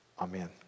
Amen